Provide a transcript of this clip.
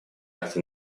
акты